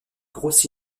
grosses